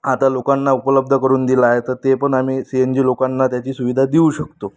आता लोकांना उपलब्ध करून दिला आहे तर ते पण आम्ही सी एन जी लोकांना त्याची सुविधा देऊ शकतो